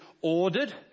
ordered